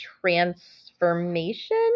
transformation